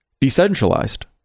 decentralized